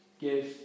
Give